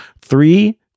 three